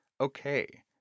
okay